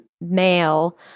male